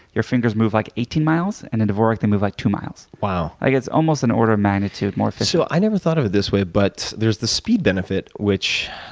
your fingers move like eighteen miles. and in dvorak, they move like two miles. like it's almost an order of magnitude, more efficient. i never thought of it this way, but there's the speed benefit which